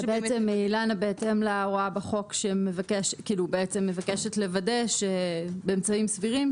זה בעצם בהתאם להוראה בחוק שבעצם מבקשת לוודא באמצעים סבירים,